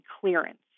clearance